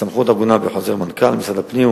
הסמכות עוגנה בחוזרי מנכ"ל משרד הפנים,